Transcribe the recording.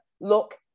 Look